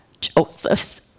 Joseph's